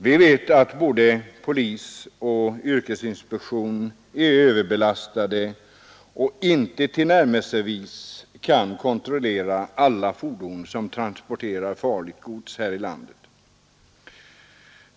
Vi vet att både polisen och yrkesinspektionen är överbelastade och inte tillnärmelsevis kan kontrollera alla fordon som transporterar farligt gods.